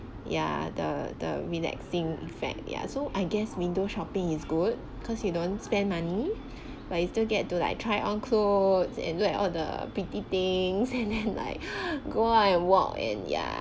ya the the relaxing effect yeah so I guess window shopping is good cause you don't spend money but you still get to like try on clothes and look at all the pretty things and then like go on and walk and yeah